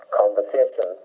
conversation